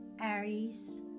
Aries